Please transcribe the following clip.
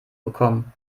bekommen